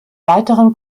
weiteren